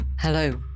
Hello